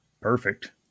perfect